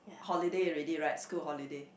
holiday already right school holiday